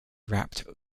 wrapped